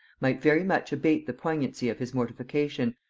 might very much abate the poignancy of his mortification,